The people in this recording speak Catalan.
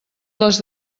les